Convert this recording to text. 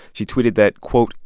she tweeted that, quote,